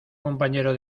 compañero